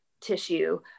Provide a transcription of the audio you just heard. tissue